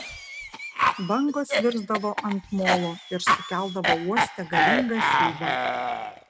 bangos virsdavo ant molo ir sukeldavo uoste galingą siūbą